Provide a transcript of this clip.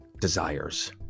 desires